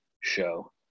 show